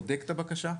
בודק את הבקשה,